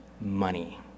money